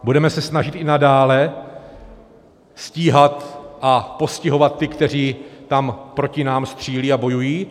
Budeme se snažit i nadále stíhat a postihovat ty, kteří tam proti nám střílí a bojují?